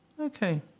Okay